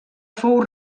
fou